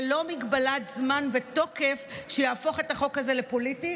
וללא מגבלת זמן ותוקף שיהפוך את החוק הזה לפוליטי,